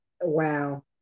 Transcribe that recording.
Wow